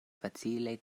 facile